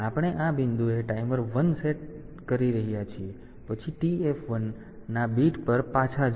તેથી આપણે આ બિંદુએ ટાઈમર 1 શરૂ કરી રહ્યા છીએ અને પછી TF1 ના બીટ પર પાછા જાઓ